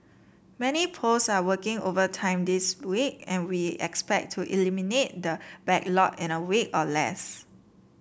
many posts are working overtime this week and we expect to eliminate the backlog in a week or less